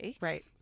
Right